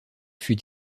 fut